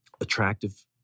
attractive